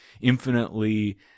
infinitely